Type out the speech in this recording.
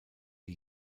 die